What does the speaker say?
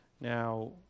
Now